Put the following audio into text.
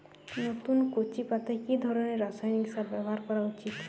নতুন কচি পাতায় কি ধরণের রাসায়নিক সার ব্যবহার করা উচিৎ?